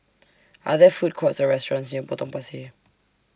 Are There Food Courts Or restaurants near Potong Pasir